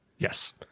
Yes